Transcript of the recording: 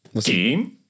Team